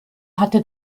hatte